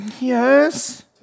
yes